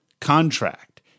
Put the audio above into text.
contract